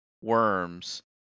Worms